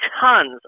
tons